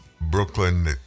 Brooklyn